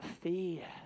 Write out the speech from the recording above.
fear